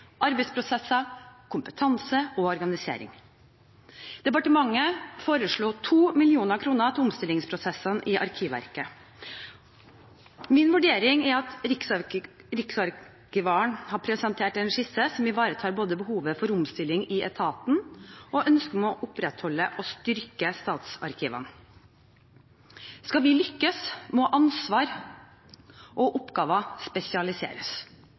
arbeidsprosesser, kompetanse og organisering. Departementet foreslo 2 mill. kr. til omstillingsprosessen i Arkivverket. Min vurdering er at riksarkivaren har presentert en skisse som ivaretar både behovet for omstilling i etaten og ønsket om å opprettholde og styrke statsarkivene. Skal vi lykkes, må ansvar og oppgaver spesialiseres.